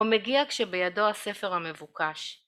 הוא מגיע כשבידו הספר המבוקש.